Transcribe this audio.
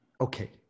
okay